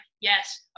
yes